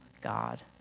God